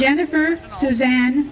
jennifer suzanne